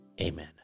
Amen